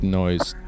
noise